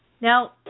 Now